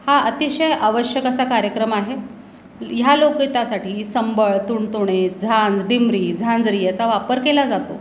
हा अतिशय आवश्यक असा कार्यक्रम आहे ह्या लोकगीतासाठी संबळ तुणतुणे झांज डिमरी झांजरी याचा वापर केला जातो